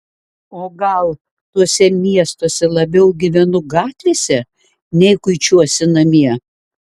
o gal tuose miestuose labiau gyvenu gatvėse nei kuičiuosi namie